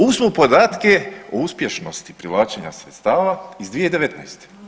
Uzmu podatke o uspješnosti povlačenja sredstava iz 2019.